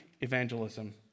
evangelism